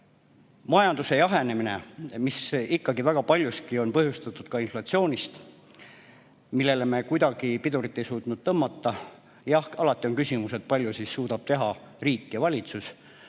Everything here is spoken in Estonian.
majanduse jahenemise kohta, mis väga paljuski on põhjustatud ka inflatsioonist, millele me kuidagi pidurit ei suutnud tõmmata. Jah, alati on küsimus, et palju suudab teha riik ja valitsus,